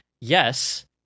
yes